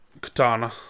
Katana